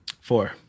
Four